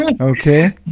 okay